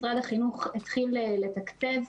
משרד החינוך התחיל לתקצב,